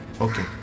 Okay